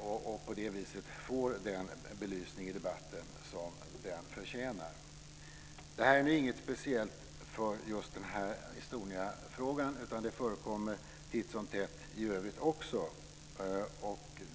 och på det viset få den belysning i debatten som den förtjänar. Det här är inget speciellt för just Estoniafrågan, utan det förekommer titt som tätt i övrigt också.